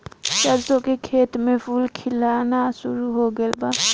सरसों के खेत में फूल खिलना शुरू हो गइल बा